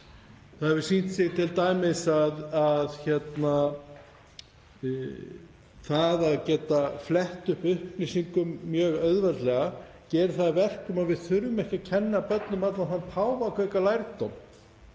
Það hefur sýnt sig t.d. að það að geta flett upp upplýsingum mjög auðveldlega gerir það að verkum að við þurfum ekki að kenna börnum allan þann páfagaukalærdóm